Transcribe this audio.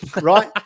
Right